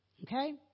Okay